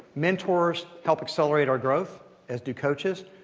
mentors help accelerate our growth, as do coaches.